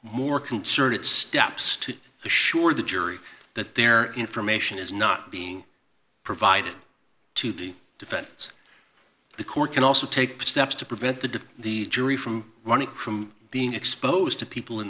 more concerted steps to assure the jury that their information is not being provided to the defense the court can also take steps to prevent the the jury from learning from being exposed to people in